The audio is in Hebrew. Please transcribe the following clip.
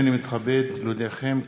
הנני מתכבדת להודיעכם,